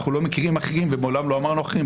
אנחנו לא מכירים אחרים ומעולם לא אמרנו אחרים.